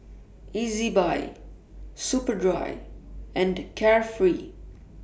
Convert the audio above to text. Ezbuy Superdry and Carefree